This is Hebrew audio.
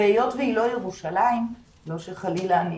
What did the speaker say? והיות שהיא לא ירושלים לא שחלילה אני